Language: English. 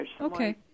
Okay